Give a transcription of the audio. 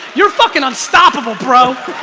you're fucking unstoppable, bro